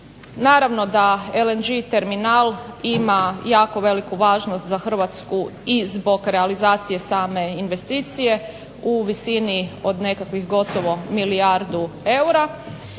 naravno da LNG terminal ima jako veliku važnost za Hrvatsku i zbog realizacije same investicije u visini od nekakvih gotovo milijardu eura,